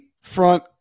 front